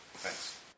Thanks